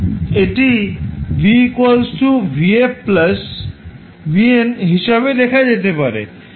এটি v vf vn হিসাবে লেখা যেতে পারে